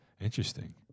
Interesting